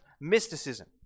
mysticism